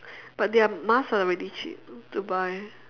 but their mask are really cheap to buy